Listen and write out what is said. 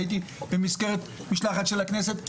במסגרת משלחת של הכנסת,